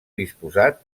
disposat